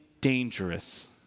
dangerous